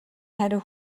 хариу